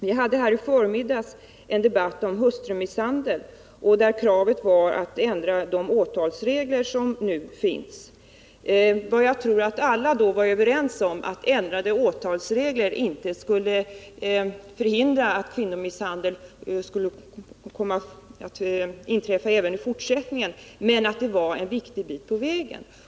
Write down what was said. Vi hade här i förmiddags en debatt om hustrumisshandel. Kravet var att ändra de åtalsregler som nu finns. Jag tror att alla då var överens om att ändrade åtalsregler inte skulle förhindra att kvinnomisshandel inträffar även i fortsättningen, men att det var en viktig bit på vägen.